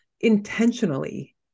intentionally